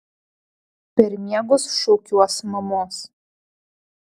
per miegus šaukiuos mamos